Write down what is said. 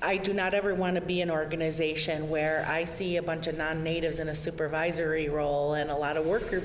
i do not ever want to be an organization where i see a bunch of non natives in a supervisory role in a lot of worker